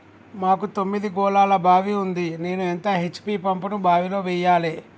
మాకు తొమ్మిది గోళాల బావి ఉంది నేను ఎంత హెచ్.పి పంపును బావిలో వెయ్యాలే?